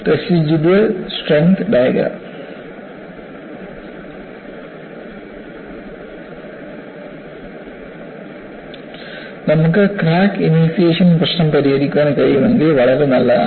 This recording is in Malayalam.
റസിഡ്യൂവൽ സ്ട്രെങ്ത് ഡയഗ്രം നമുക്ക് ക്രാക്ക് ഇനീഷ്യേഷൻ പ്രശ്നം പരിഹരിക്കാൻ കഴിയുമെങ്കിൽ വളരെ നല്ലതാണ്